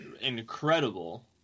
incredible